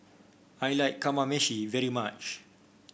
I like Kamameshi very much